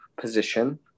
position